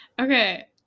Okay